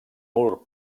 mur